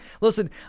Listen